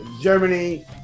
germany